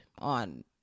On